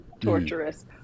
torturous